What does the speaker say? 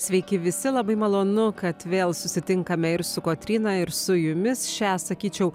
sveiki visi labai malonu kad vėl susitinkame ir su kotryna ir su jumis šią sakyčiau